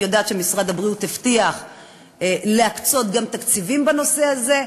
אני יודעת שמשרד הבריאות הבטיח להקצות גם תקציבים בנושא הזה.